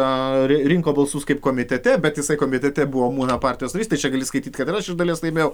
aa rinko balsus kaip komitete bet jisai komitete buvo mano partijos narys tai čia gali skaityt kad ir aš iš dalies laimėjau